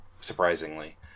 surprisingly